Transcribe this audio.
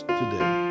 today